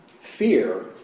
fear